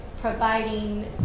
providing